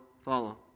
follow